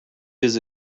his